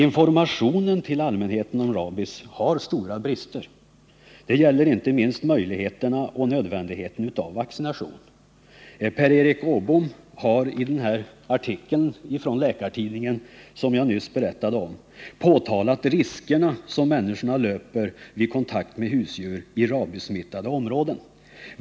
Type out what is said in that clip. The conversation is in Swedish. Informationen till allmänheten om rabies har stora brister. Det gäller inte minst informationen om möjligheterna till och nödvändigheten av vaccination. Per Erik Åbom har i den av mig nyss nämnda artikeln i Läkartidningen påtalat de risker som människor löper vid kontakt med husdjur i rabiessmittade områden.